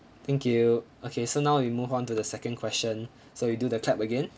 thank you okay so now we move on to the second question so we do the clap again